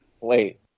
wait